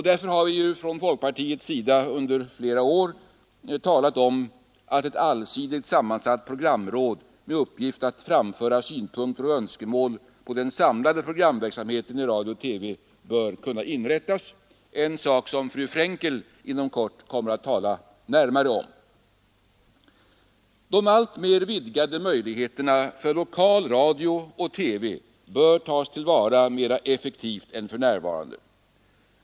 Därför har vi från folkpartiets sida i flera år talat om att ett allsidigt sammansatt programråd med uppgift att framföra synpunkter och önskemål på den samlade programverksamheten i radio och TV bör inrättas. Den saken kommer fru Frenkel att tala mera utförligt om litet senare. Vidare bör de alltmer vidgade möjligheterna för lokal radio och TV tas till vara mera effektivt än för närvarande.